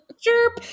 Chirp